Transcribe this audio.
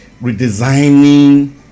redesigning